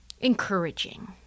encouraging